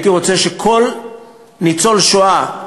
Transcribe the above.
הייתי רוצה שכל ניצול השואה,